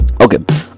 Okay